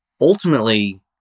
ultimately